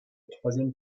troisième